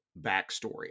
backstory